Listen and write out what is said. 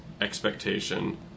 Expectation